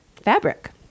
fabric